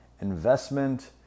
investment